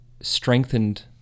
strengthened